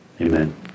Amen